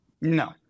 No